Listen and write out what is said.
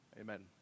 Amen